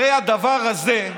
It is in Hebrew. הרי הדבר הזה,